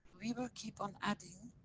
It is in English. we will keep on adding,